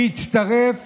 שיצטרף